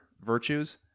virtues